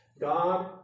God